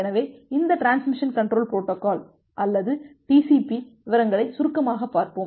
எனவே இந்த transmission control protocol அல்லது டிசிபி விவரங்களை சுருக்கமாக பார்ப்போம்